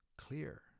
clear